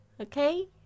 Okay